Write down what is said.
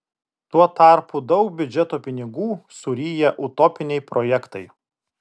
tuo tarpu daug biudžeto pinigų suryja utopiniai projektai